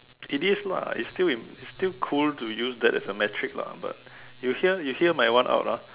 it is lah it's still in it's still cool to use that as a metric lah but you hear you hear my one out[ah]